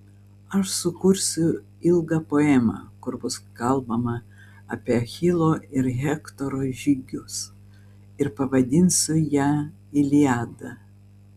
aš sukursiu ilgą poemą kur bus kalbama apie achilo ir hektoro žygius ir pavadinsiu ją iliada